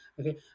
okay